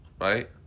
right